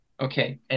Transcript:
Okay